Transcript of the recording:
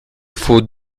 faut